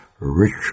rich